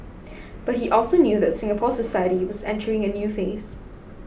but he also knew that Singapore society was entering a new phase